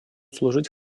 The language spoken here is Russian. служить